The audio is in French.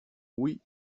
oui